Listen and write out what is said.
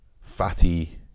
fatty